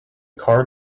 car